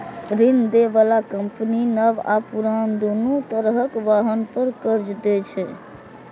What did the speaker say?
ऋण दै बला कंपनी नव आ पुरान, दुनू तरहक वाहन पर कर्ज दै छै